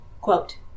Quote